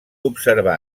observar